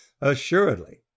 assuredly